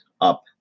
up